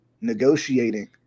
negotiating